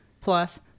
plus